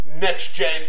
next-gen